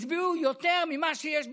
הצביעו יותר ממה שיש בפועל,